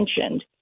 mentioned